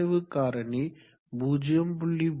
உராய்வு காரணி 0